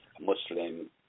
Muslim